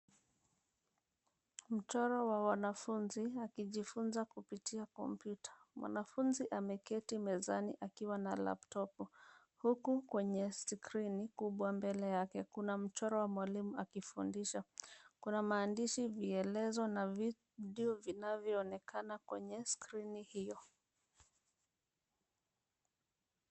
Mchoro wa wanafunzi akijifunza kupitia kompyuta. Mwanafunzi ameketi mezani akiwa na laptopu huku kwenye skrini kubwa mbele yake kuna mchoro wa mwalimu akifundisha. Kuna maandishi, vielezo na vitu vinavyoonekana kwenye skrini hiyo.